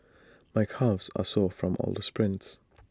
my calves are sore from all the sprints